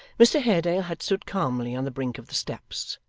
mr haredale had stood calmly on the brink of the steps,